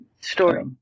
story